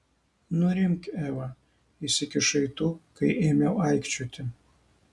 nurimk eva įsikišai tu kai ėmiau aikčioti